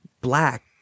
black